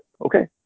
Okay